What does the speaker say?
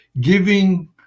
giving